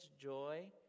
joy